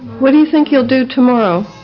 what do you think you will do tomorrow?